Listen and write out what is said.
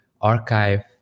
archive